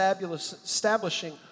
establishing